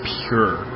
pure